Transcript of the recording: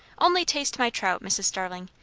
only taste my trout, mrs. starling,